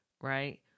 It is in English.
right